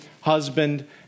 husband